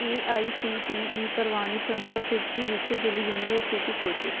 A I C T E ਪ੍ਰਵਾਨਿਤ ਸੰਸਥਾ ਸੂਚੀ ਵਿੱਚ ਦਿੱਲੀ ਯੂਨੀਵਰਸਿਟੀ ਖੋਜੋ